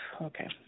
Okay